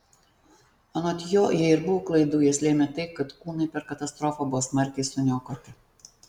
anot jo jei ir buvo klaidų jas lėmė tai kad kūnai per katastrofą buvo smarkiai suniokoti